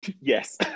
Yes